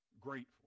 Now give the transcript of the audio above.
grateful